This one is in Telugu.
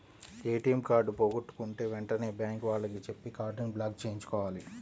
ఏటియం కార్డు పోగొట్టుకుంటే వెంటనే బ్యేంకు వాళ్లకి చెప్పి కార్డుని బ్లాక్ చేయించుకోవాలి